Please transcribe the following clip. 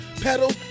pedal